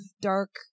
dark